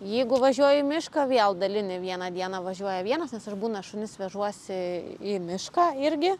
jeigu važiuoju į mišką vėl dalini vieną dieną važiuoja vienas nes aš būna šunis vežuosi į mišką irgi